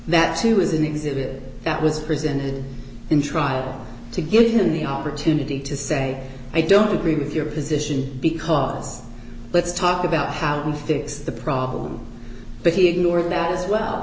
that too was an exhibit that was presented in trial to give him the opportunity to say i don't agree with your position because let's talk about how to fix the problem but he ignored now as well